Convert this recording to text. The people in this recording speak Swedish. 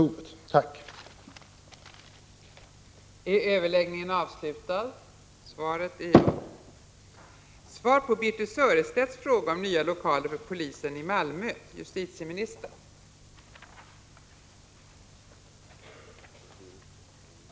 1985/86:45